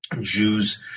Jews